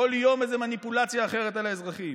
כל פעם איזו מניפולציה אחרת על האזרחים.